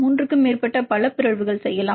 3 க்கும் மேற்பட்ட பல பிறழ்வுகள் செய்யலாம்